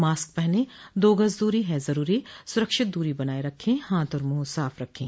mask पहनें दो गज़ दूरी है ज़रूरी सुरक्षित दूरी बनाए रखें हाथ और मुंह साफ़ रखें